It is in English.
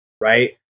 right